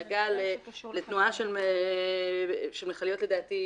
דיון שנגע בנושא של תנועה של מכליות מסוכנות.